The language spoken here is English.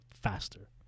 faster